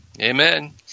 Amen